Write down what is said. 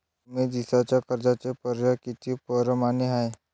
कमी दिसाच्या कर्जाचे पर्याय किती परमाने हाय?